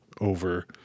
over